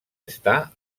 estar